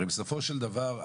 הרי בסופו של דבר,